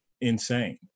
insane